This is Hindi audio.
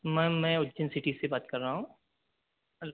मैम मैं उज्जैन सिटी से बात कर रहा हूँ